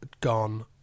gone